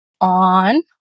on